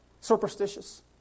Superstitious